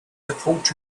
support